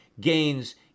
gains